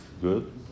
Good